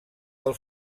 del